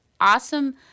awesome